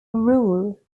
rule